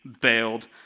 bailed